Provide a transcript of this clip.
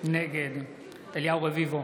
נגד אליהו רביבו,